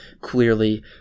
clearly